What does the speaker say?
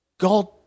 God